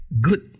Good